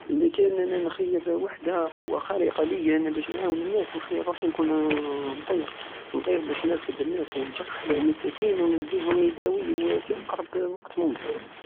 ادا كان انا نخير وحدى قوة خارقة ليا انا بش الناس نخير روحي نكون نطير- نطير بش نرفد الناس والجرحى والمساكين ونديهم يداويو في اقرب وقت ممكن